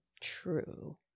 true